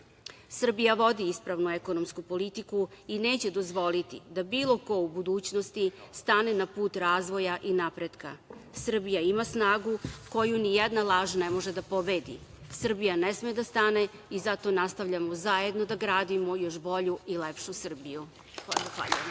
zarade. Srbija vodi ispravnu ekonomsku politiku i neće dozvoliti da bilo ko u budućnosti stane na put razvoja i napretka. Srbija ima snagu koje ni jedna laž ne može da pobedi. Srbija ne sme da stane i zato nastavljamo zajedno da gradimo još bolju i lepšu Srbiju. Zahvaljujem.